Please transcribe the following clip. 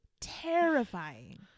Terrifying